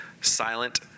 silent